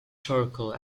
circle